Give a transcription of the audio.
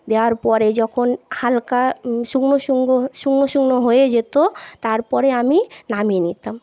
দেওয়ার পরে যখন হালকা শুকনো সুঙ্গ শুকনো শুকনো হয়ে যেত তারপরে আমি নামিয়ে নিতাম